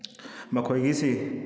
ꯃꯈꯣꯏꯒꯤꯁꯤ